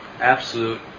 absolute